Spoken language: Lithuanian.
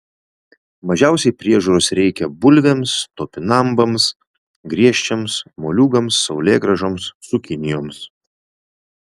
mažiausiai priežiūros reikia bulvėms topinambams griežčiams moliūgams saulėgrąžoms cukinijoms